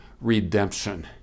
redemption